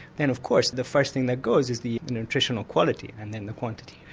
then of course the first thing that goes is the nutritional quality and then the quantity.